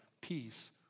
peace